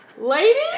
Lady